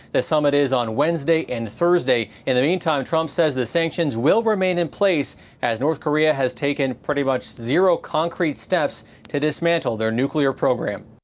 the summit is on wednesday and thursday, and i mean um trump says the sachss will remain in place as north korea has taken pretty much zero concrete steps to dishandle their nuclear program.